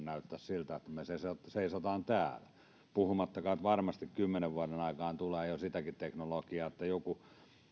näyttää siltä että me seisomme täällä puhumattakaan siitä että varmasti kymmenen vuoden aikana tulee jo sitäkin teknologiaa että kun joku